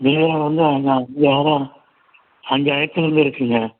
பீரோ வந்து அஞ்சாயிரம் அஞ்சாயிரத்திலேருந்து இருக்குதுங்க